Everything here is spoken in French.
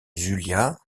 zulia